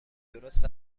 درست